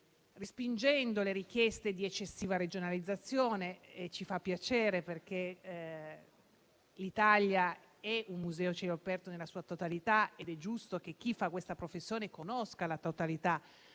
respingendo le richieste di eccessiva regionalizzazione, il che ci fa piacere perché l'Italia è un museo a cielo aperto nella sua totalità ed è giusto che chi fa questa professione conosca la totalità